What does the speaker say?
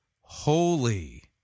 holy